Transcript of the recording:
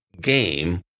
game